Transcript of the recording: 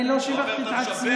אני לא שיבחתי את עצמי.